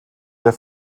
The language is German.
der